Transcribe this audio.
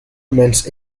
remains